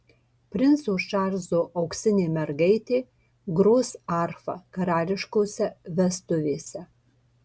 princo čarlzo auksinė mergaitė gros arfa karališkose vestuvėse